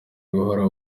guhora